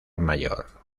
mayor